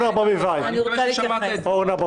אורנה ברביבאי, בבקשה.